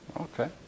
Okay